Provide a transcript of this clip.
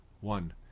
one